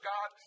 God